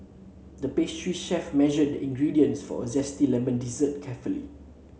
the pastry chef measured the ingredients for a zesty lemon dessert carefully